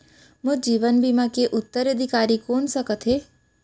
मोर जीवन बीमा के उत्तराधिकारी कोन सकत हे?